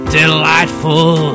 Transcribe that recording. delightful